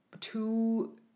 two